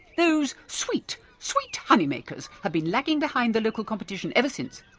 those sweet, sweet honey makers, have been lagging behind the local competition ever since.